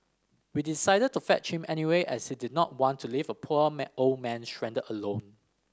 we decided to fetch him anyway as he did not want to leave a poor man old man stranded alone